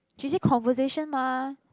she say conversation mah